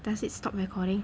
does it stop recording